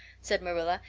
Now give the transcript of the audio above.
said marilla,